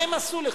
מה הם עשו לך?